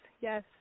yes